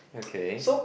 okay